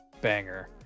banger